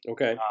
Okay